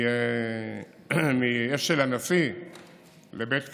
מאשל הנשיא לבית קמה,